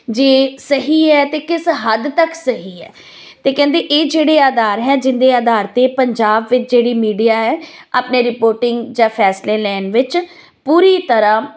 ਜੇ ਸਹੀ ਹੈ ਤਾਂ ਕਿਸ ਹੱਦ ਤੱਕ ਸਹੀ ਹੈ ਅਤੇ ਕਹਿੰਦੇ ਇਹ ਜਿਹੜੇ ਆਧਾਰ ਹੈ ਜਿਹਦੇ ਆਧਾਰ 'ਤੇ ਪੰਜਾਬ ਵਿੱਚ ਜਿਹੜੀ ਮੀਡੀਆ ਹੈ ਆਪਣੇ ਰਿਪੋਰਟਿੰਗ ਜਾਂ ਫੈਸਲੇ ਲੈਣ ਵਿੱਚ ਪੂਰੀ ਤਰ੍ਹਾਂ